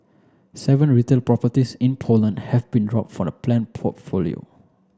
seven retail properties in Poland have been drop from the planned portfolio